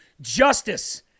Justice